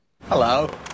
Hello